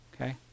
okay